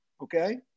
Okay